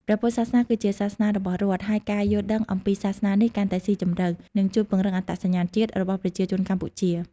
ព្រះពុទ្ធសាសនាគឺជាសាសនារបស់រដ្ឋ ហើយការយល់ដឹងអំពីសាសនានេះកាន់តែស៊ីជម្រៅ នឹងជួយពង្រឹងអត្តសញ្ញាណជាតិរបស់ប្រជាជនកម្ពុជា។